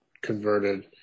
converted